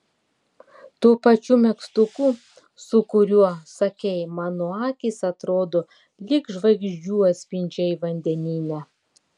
tuo pačiu megztuku su kuriuo sakei mano akys atrodo lyg žvaigždžių atspindžiai vandenyne